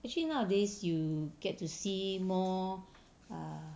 actually nowadays you get to see more err